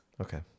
okay